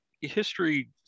history